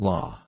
Law